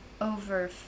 over